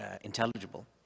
intelligible